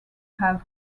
have